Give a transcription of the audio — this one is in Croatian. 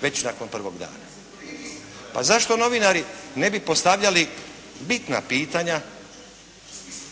Već nakon prvog dana. Pa zašto novinari ne bi postavljali bitna pitanja